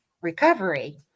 recovery